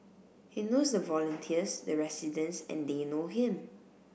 he knows the volunteers the residents and they know him